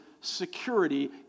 security